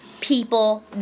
people